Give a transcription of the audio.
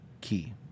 key